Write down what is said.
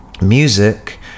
music